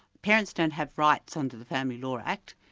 parents don't have rights under the family law act,